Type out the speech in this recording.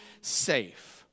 safe